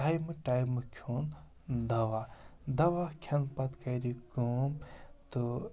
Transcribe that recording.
ٹایمہٕ ٹایمہٕ کھیوٚن دَوا دَوا کھٮ۪نہٕ پَتہٕ کَرِ یہِ کٲم تہٕ